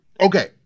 Okay